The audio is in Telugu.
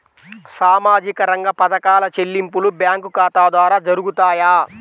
సామాజిక రంగ పథకాల చెల్లింపులు బ్యాంకు ఖాతా ద్వార జరుగుతాయా?